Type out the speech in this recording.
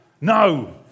no